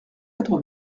quatre